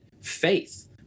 faith